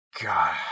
God